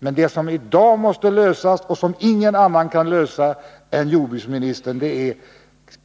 Den fråga som i dag måste lösas och som ingen annan än jordbruksministern kan lösa är: